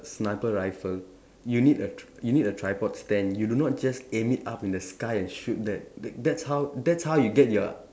sniper riffle you need a tr you need a tripod stand you do not just aim it up in the sky and shoot that that that's how that's how you get your